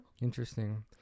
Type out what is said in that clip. Interesting